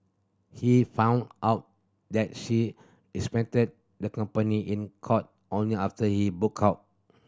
he found out that she represented the company in court only after he booked out